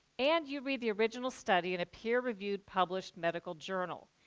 and you read the original study in a peer-reviewed published medical journal.